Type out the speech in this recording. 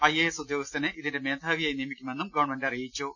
IAS ഉദ്യോഗസ്ഥനെ ഇതിന്റെ മേധാവിയായി നിയമിക്കുമെന്നും ഗവൺമെന്റ് അറിയിച്ചു